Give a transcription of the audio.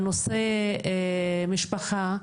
בנושא משפחה,